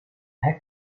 hek